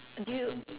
do you